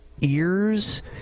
ears